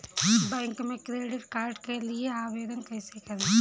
Bank में credit card के लिए आवेदन कैसे करें?